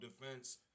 defense